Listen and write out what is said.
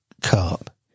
carp